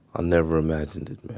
ah never imagined it, man.